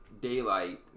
daylight